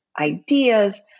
ideas